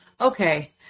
okay